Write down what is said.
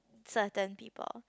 certain people